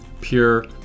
pure